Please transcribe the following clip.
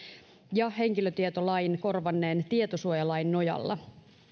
ja henkilötietolain korvanneen tietosuojalain nojalla